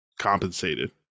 compensated